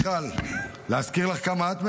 מיכל, להזכיר לך כמה את מנצלת?